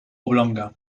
oblonga